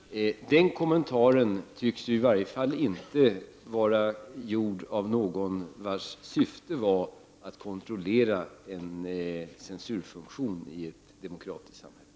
Herr talman! Den kommentaren tycks i varje fall inte vara gjord av någon vars syfte var att kontrollera en censurfunktion i ett demokratiskt samhälle.